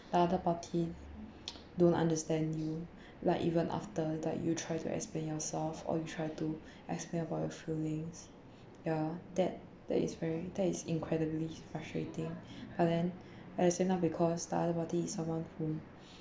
the other party don't understand you like even after that you try to explain yourself or you try to explain about your feelings ya that that is very that is incredibly frustrating but then as in that because the other party is someone who